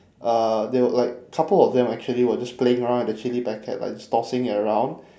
uh they were like couple of them actually were just playing around with the chilli packet like just tossing it around